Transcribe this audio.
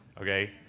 Okay